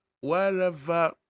wherever